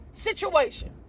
Situation